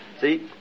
See